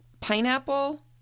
pineapple